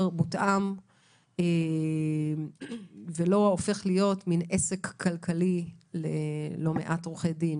יותר מותאם ולא הופך להיות מן עסק כלכלי ללא מעט עורכי דין